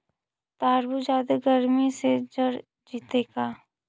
तारबुज जादे गर्मी से जर जितै का?